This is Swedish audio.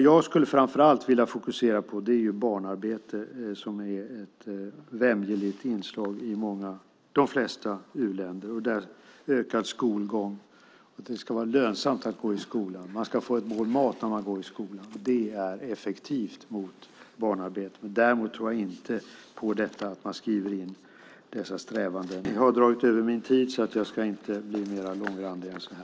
Jag skulle framför allt vilja fokusera på barnarbete, som är ett vämjeligt inslag i de flesta u-länder. Att det ska vara lönsamt att gå i skolan och att man ska få ett mål mat när man går i skolan är effektivt mot barnarbete. Däremot tror jag inte på att man skriver in dessa strävanden i handelsavtal. Herr talman! Jag har dragit över min talartid, så jag ska inte bli mer långrandig än så här.